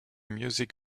music